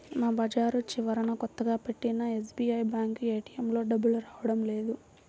మా బజారు చివరన కొత్తగా పెట్టిన ఎస్బీఐ బ్యేంకు ఏటీఎంలో డబ్బులు రావడం లేదు